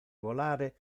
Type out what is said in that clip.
volare